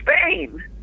Spain